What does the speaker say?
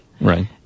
Right